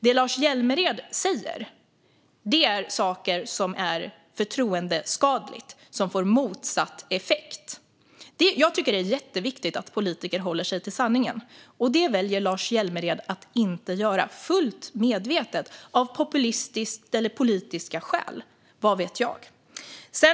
Det Lars Hjälmered säger är saker som är förtroendeskadliga och som får motsatt effekt. Jag tycker att det är jätteviktigt att politiker håller sig till sanningen. Det väljer Lars Hjälmered att inte göra - fullt medvetet och av populistiska eller politiska skäl, vad vet jag.